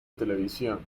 televisión